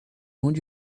onde